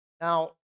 Now